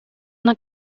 una